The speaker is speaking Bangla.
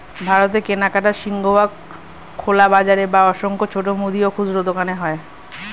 ভারতে কেনাকাটার সিংহভাগ খোলা বাজারে বা অসংখ্য ছোট মুদি ও খুচরো দোকানে হয়